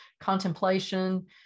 contemplation